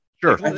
Sure